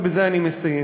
ובזה אני מסיים: